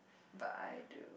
but I do